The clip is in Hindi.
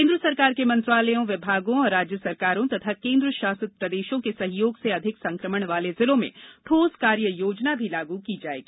केंद्र सरकार के मंत्रालयों विभागों और राज्य सरकारों तथा केंद्र शासित प्रदेशों के सहयोग से अधिक संक्रमण वाले जिलों में ठोस कार्य योजना भी लागू की जाएगी